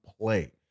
play